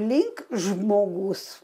link žmogus